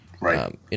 Right